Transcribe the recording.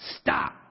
stop